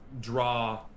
draw